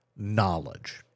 knowledge